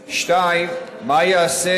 2. מה ייעשה